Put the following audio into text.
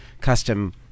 custom